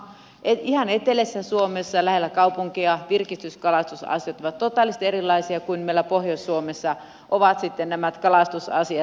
ihan eteläisessä suomessa lähellä kaupunkeja virkistyskalastusasiat ovat totaalisesti erilaisia kuin meillä pohjois suomessa ovat nämä kalastusasiat